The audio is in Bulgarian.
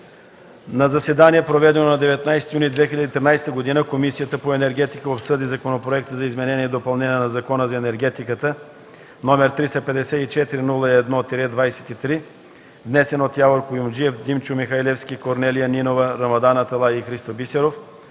На заседание, проведено на 19 юни 2013 г., Комисията по енергетика обсъди Законопроект за изменение и допълнение на Закона за енергетиката, № 354-01-23, внесен от Явор Куюмджиев, Димчо Михалевски, Корнелия Нинова, Рамадан Аталай и Христо Бисеров